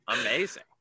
Amazing